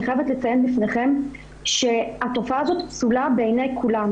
אני חייבת לציין בפניכם שהתופעה הזו פסולה בעיני כולם.